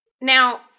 Now